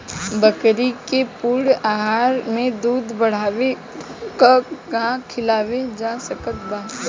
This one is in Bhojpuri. बकरी के पूर्ण आहार में दूध बढ़ावेला का खिआवल जा सकत बा?